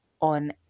on